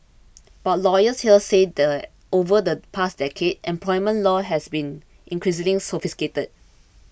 but lawyers here say that over the past decade employment law has become increasingly sophisticated